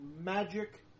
magic